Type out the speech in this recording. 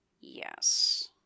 Yes